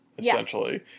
essentially